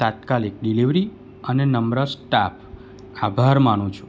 તાત્કાલિક ડિલિવરી અને નમ્ર સ્ટાફ આભાર માનું છું